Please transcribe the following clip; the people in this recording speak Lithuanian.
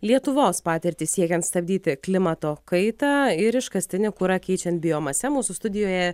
lietuvos patirtį siekiant stabdyti klimato kaitą ir iškastinį kurą keičiant biomase mūsų studijoje